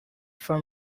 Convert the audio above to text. for